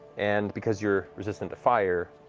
and because you're resistant to fire,